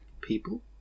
people